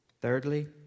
Thirdly